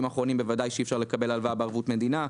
האחרונים ודאי שאי אפשר לקבל הלוואה בערבות מדינה.